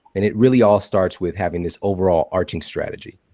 and it really all starts with having this overall arching strategy.